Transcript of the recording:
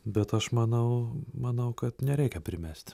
bet aš manau manau kad nereikia primest